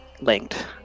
linked